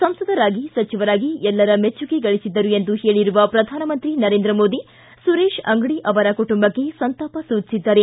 ಸಂಸದರಾಗಿ ಸಚಿವರಾಗಿ ಎಲ್ಲರ ಮೆಚ್ಚುಗೆ ಗಳಿಸಿದ್ದರು ಎಂದು ಹೇಳಿರುವ ಪ್ರಧಾನಮಂತ್ರಿ ನರೇಂದ್ರ ಮೋದಿ ಸುರೇಶ್ ಅಂಗಡಿ ಅವರ ಕುಟಂಬಕ್ಕೆ ಸಂತಾಪ ಸೂಚಿಸಿದ್ದಾರೆ